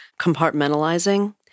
compartmentalizing